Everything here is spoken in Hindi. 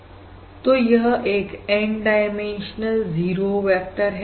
तो यह एक N डाइमेंशनल 0 वेक्टर है